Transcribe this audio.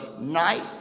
night